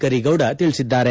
ಕರೀಗೌಡ ತಿಳಿಸಿದ್ದಾರೆ